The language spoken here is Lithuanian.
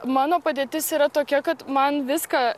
mano padėtis yra tokia kad man viską